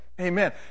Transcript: Amen